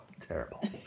terrible